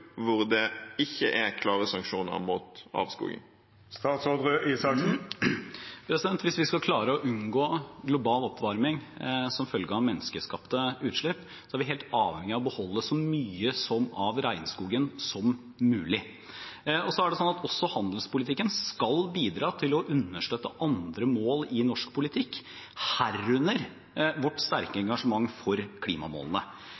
hvor det ikke er klare sanksjoner mot avskoging?» Hvis vi skal klare å unngå global oppvarming som følge av menneskeskapte utslipp, er vi helt avhengige av å beholde så mye av regnskogen som mulig. Også handelspolitikken skal bidra til å understøtte andre mål i norsk politikk, herunder vårt sterke engasjement for klimamålene.